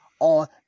On